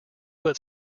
but